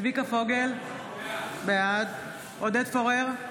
צביקה פוגל, בעד עודד פורר,